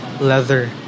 leather